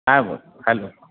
हा बोल हॅलो